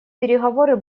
переговоры